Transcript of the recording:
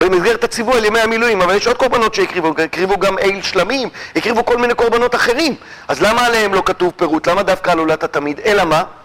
במסגרת הציבור, על ימי המילואים, אבל יש עוד קורבנות שהקריבו, הקריבו גם איל שלמים, הקריבו כל מיני קורבנות אחרים. אז למה עליהם לא כתוב פירוט, למה דווקא על עולת התמיד, אלא מה?